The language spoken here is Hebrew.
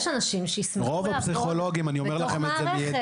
יש אנשים שישמחו לעבוד בתוך מערכת.